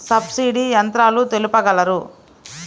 Subsidy యంత్రాలు తెలుపగలరు?